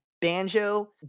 Banjo